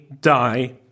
die